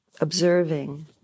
observing